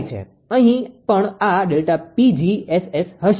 અહી પણ આ ΔPg𝑆𝑆 હશે એટલે કે સ્ટેડી સ્ટેટ હશે